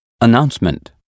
Announcement